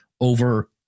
over